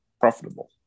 profitable